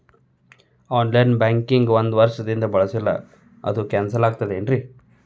On line banking ಒಂದ್ ವರ್ಷದಿಂದ ಬಳಸಿಲ್ಲ ಅದು ಕ್ಯಾನ್ಸಲ್ ಆಗಿರ್ತದೇನ್ರಿ?